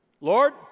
Lord